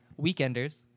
Weekenders